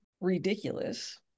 ridiculous